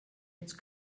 jetzt